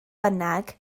bynnag